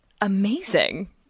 Amazing